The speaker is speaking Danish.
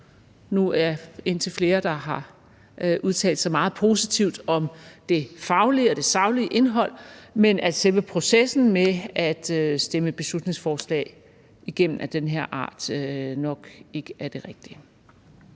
nu er indtil flere, der har udtalt sig meget positivt om det faglige og saglige indhold, men selve processen med at stemme et beslutningsforslag af den her art igennem er nok ikke det rigtige.